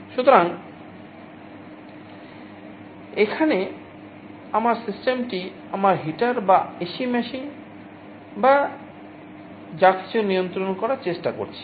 সুতরাং এখানে আমার সিস্টেমটি আমার হিটার বা এসি মেশিন বা যা কিছু নিয়ন্ত্রণ করার চেষ্টা করছি